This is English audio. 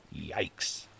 Yikes